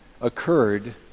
occurred